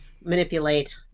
manipulate